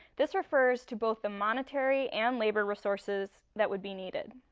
this refers to both the monetary and labor resources that would be needed.